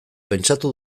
pentsatu